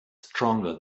stronger